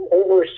over